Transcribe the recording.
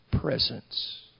presence